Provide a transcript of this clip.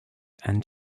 and